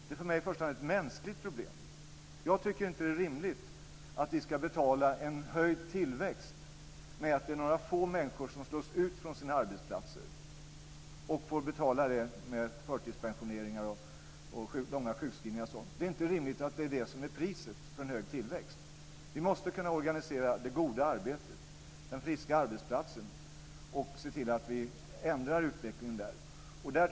Det är för mig i första hand ett mänskligt problem. Jag tycker inte att det är rimligt att vi ska betala en höjd tillväxt med att det är några få människor som slås ut från sina arbetsplatser och får betala det med förtidspensioneringar och långa sjukskrivningar. Det är inte rimligt att det är det som är priset för en hög tillväxt. Vi måste kunna organisera det goda arbetet, den friska arbetsplatsen och se till att vi ändrar utvecklingen där.